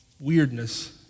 weirdness